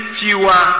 fewer